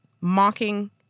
mocking